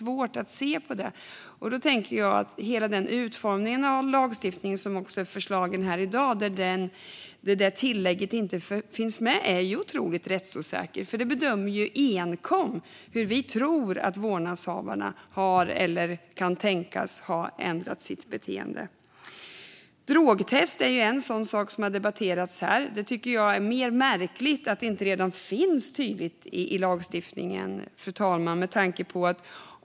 Jag tycker att hela utformningen av den lagstiftning som föreslås här i dag och där det tillägget inte finns med är otroligt rättsosäker, för den handlar ju enkom om hur vi tror att vårdnadshavarna har eller kan tänkas ha ändrat sitt beteende. Drogtest är en sådan sak som har debatterats här. Jag tycker att det är märkligt att det inte redan finns tydligt i lagstiftningen, fru talman.